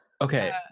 Okay